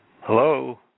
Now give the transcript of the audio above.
Hello